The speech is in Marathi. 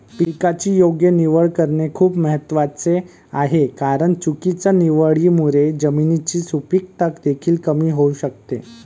पिकाची योग्य निवड करणे खूप महत्वाचे आहे कारण चुकीच्या निवडीमुळे जमिनीची सुपीकता देखील कमी होऊ शकते